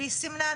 והיא סימנה,